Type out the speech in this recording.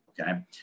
okay